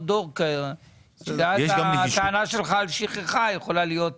דור ואז הטענה שלך על שכחה יכולה להיות